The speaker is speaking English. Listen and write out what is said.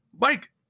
mike